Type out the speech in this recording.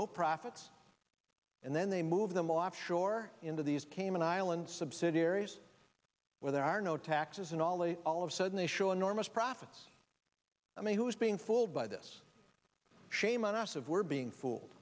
no profits and then they move them offshore into these cayman islands subsidiaries where there are no taxes and ali all of sudden they show enormous profits i mean who is being fooled by this shame on us of we're being fool